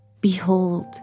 Behold